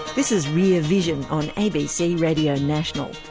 this is rear vision on abc radio national.